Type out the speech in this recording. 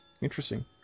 Interesting